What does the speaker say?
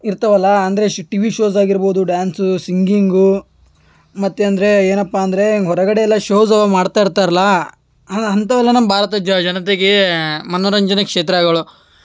ಇರ್ತವಲ್ಲ ಅಂದರೆ ಶ್ ಟಿವಿ ಶೋಸ್ ಆಗಿರ್ಬೋದು ಡ್ಯಾನ್ಸು ಸಿಂಗಿಂಗೂ ಮತ್ತು ಅಂದರೆ ಏನಪ್ಪ ಅಂದರೆ ಹೊರಗಡೆ ಎಲ್ಲ ಶೋಝು ಮಾಡ್ತಾ ಇರ್ತಾರ್ಲ ಅಂಥವೆಲ್ಲ ನಮ್ಮ ಭಾರತದ ಜನತೆಗೆ ಮನೋರಂಜನಾ ಕ್ಷೇತ್ರಗಳು